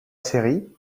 série